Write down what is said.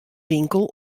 winkel